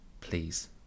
please